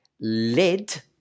lead